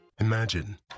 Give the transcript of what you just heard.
Imagine